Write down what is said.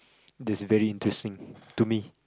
that's very interesting to me